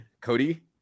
Cody